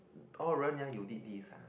oh Ren-yang you did this ah